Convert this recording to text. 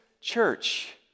church